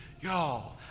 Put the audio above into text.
y'all